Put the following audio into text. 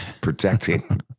protecting